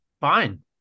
Fine